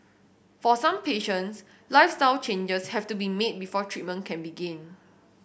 for some patients lifestyle changes have to be made before treatment can begin